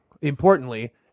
importantly